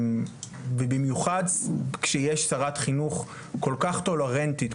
ובמיוחד כשיש שרת חינוך כל כך טולרנטית,